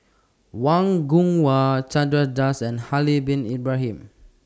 Wang Gungwu Chandra Das and Haslir Bin Ibrahim